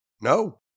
No